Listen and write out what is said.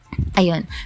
ayon